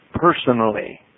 personally